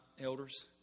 elders